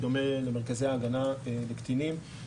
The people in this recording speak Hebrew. בדומה למרכזי ההגנה לקטינים.